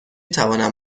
توانم